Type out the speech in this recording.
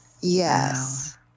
yes